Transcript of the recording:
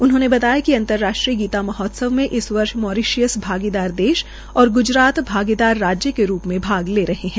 उन्होंने बताया कि अंतर्राष्ट्रीय गीता महोत्सव में इस वर्ष मॉरीशस को भागीदारी देश और ग्जराज को भागीदारी राज्य के रुप में भाग ले रहे है